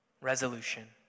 Resolution